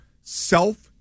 self